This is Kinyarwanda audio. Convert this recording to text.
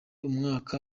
umwaka